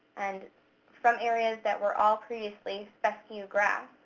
and from areas that were all previously fescue grass.